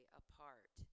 apart